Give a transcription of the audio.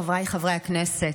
חבריי חברי הכנסת,